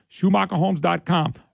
SchumacherHomes.com